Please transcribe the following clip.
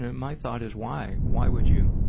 my thought is, why? why would you?